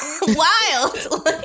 Wild